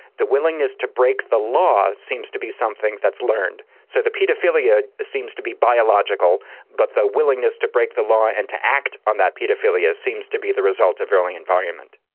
the willingness to break the law seems to be something that's learned. so the paedophilia seems to be biological but the willingness to break the law and to act on that paedophilia seems to be the result of early environment.